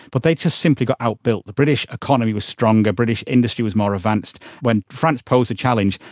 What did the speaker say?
but they just simply got out-built. the british economy was stronger, british industry was more advanced. when france posed a challenge,